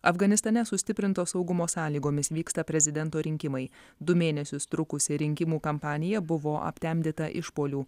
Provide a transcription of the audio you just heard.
afganistane sustiprinto saugumo sąlygomis vyksta prezidento rinkimai du mėnesius trukusi rinkimų kampanija buvo aptemdyta išpuolių